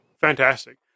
fantastic